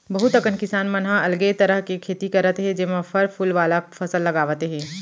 बहुत अकन किसान मन ह अलगे तरह के खेती करत हे जेमा फर फूल वाला फसल लगावत हे